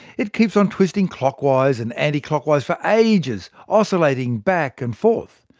it keeps on twisting clockwise and anticlockwise for ages oscillating back-and-forth.